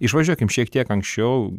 išvažiuokim šiek tiek anksčiau